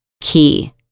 key